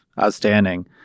outstanding